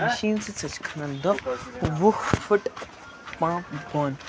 مِشیٖنہِ سۭتۍ سُہ چھِ کھَنان دَہ وُہ فٕٹہٕ پمپ بۄن